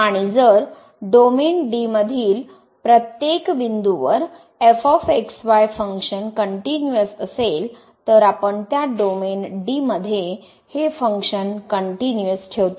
आणि जर domain D मधील प्रत्येक बिंदूवर फंक्शन कनट्युनिअस असेल तर आपण त्या डोमेन डी मध्ये हे फंक्शन कनट्युनिअस ठेवतो